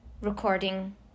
recording